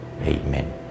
Amen